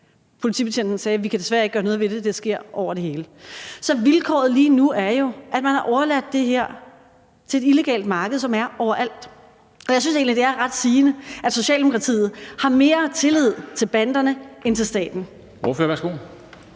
Politibetjenten sagde: Vi kan desværre ikke gøre noget ved det, det sker over det hele. Så vilkåret lige nu er jo, at man har overladt det her til et illegalt marked, som er overalt. Og jeg synes egentlig, det er ret sigende, at Socialdemokratiet har mere tillid til banderne end til staten.